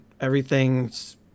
everything's